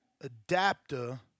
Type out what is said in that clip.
adapter